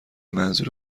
منظور